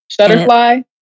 Shutterfly